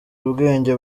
ubwenge